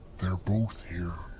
they're both here!